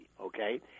okay